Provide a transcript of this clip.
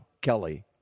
Kelly